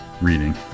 reading